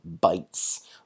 bites